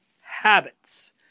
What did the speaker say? Habits